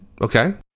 Okay